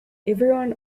everyone